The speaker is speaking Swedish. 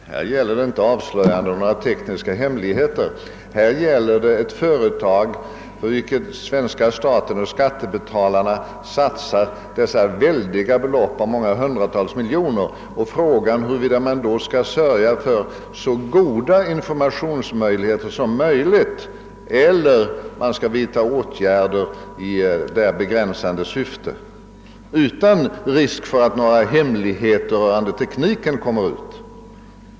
Herr talman! Här gäller det inte att avslöja några tekniska hemligheter. Här gäller det ett företag på vilket svenska staten och skattebetalarna satsar väldiga belopp — det rör sig om många hundratals miljoner. Det gäller frågan huruvida man utan risk för att några hemligheter rörande tekniken kommer ut skall sörja för så goda informationer som möjligt eller vidta åtgärder i begränsande syfte härvidlag.